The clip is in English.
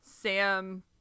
Sam